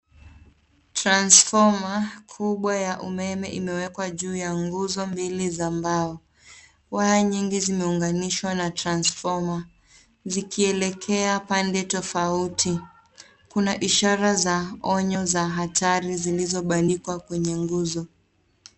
Transformer kubwa ya umeme imewekwa juu ya nguzo mbili za mbao. Waya nyingi zimeunganishwa na transformer, zikielekea pande tofauti. Kuna ishara za onyo za hatari zilizobandikwa kwenye nguzo.